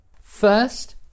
First